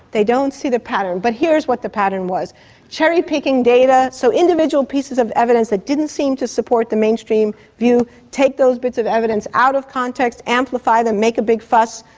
they don't see the pattern. but here's what the pattern was cherry-picking data, so individual pieces of evidence that didn't seem to support the mainstream view, take those bits of evidence out of context, amplify them, make a big fuss.